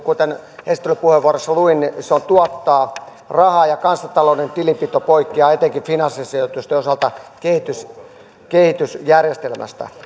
kuten esittelypuheenvuorossa luin se tuottaa rahaa ja kansantalouden tilinpito poikkeaa etenkin finanssisijoitusten osalta kehitysjärjestelmästä